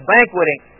Banqueting